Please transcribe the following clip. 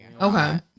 Okay